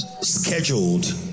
Scheduled